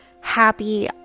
Happy